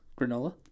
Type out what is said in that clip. Granola